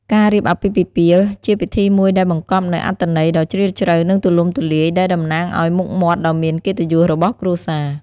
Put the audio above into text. ការរៀបអាពាហ៍ពិពាហ៍ ជាពិធីមួយដែលបង្កប់នូវអត្ថន័យដ៏ជ្រាលជ្រៅ និងទូលំទូលាយដែលតំណាងឲ្យមុខមាត់ដ៏មានកិត្តិយសរបស់គ្រួសារ។